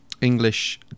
English